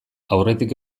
aurretik